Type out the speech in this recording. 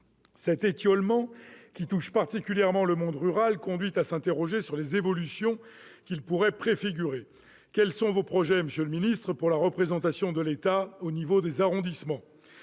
Cet étiolement, qui touche particulièrement le monde rural, conduit à s'interroger sur les évolutions qu'il pourrait préfigurer. Quels sont vos projets, monsieur le ministre, pour la représentation de l'État au niveau des arrondissements ?